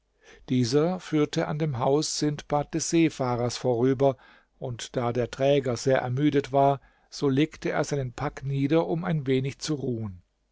dieser führte an dem haus sindbad des seefahrers vorüber und da der träger sehr ermüdet war so legte er seinen pack nieder um ein wenig zu ruhen